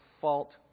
fault